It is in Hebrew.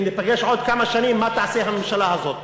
אם ניפגש עוד כמה שנים מה תעשה הממשלה הזאת.